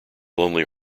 lonely